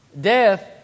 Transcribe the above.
Death